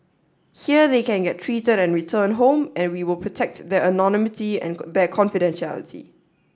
here they can get treated and return home and we will protect their anonymity and their confidentiality